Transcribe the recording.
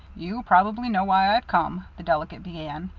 you probably know why i've come, the delegate began.